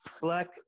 black